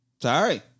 Sorry